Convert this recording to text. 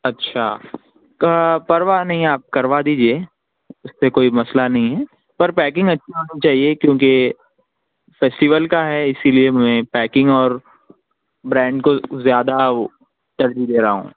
اچھا پرواہ نہیں آپ کروا دیجیے اس سے کوئی مسئلہ نہیں ہے پر پیکنگ اچھا ہونا چاہیے کیونکہ فیسٹیول کا ہے اسی لئے میں پیکنگ اور برینڈ کو زیادہ ترجیح دے رہا ہوں